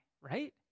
right